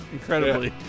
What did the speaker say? Incredibly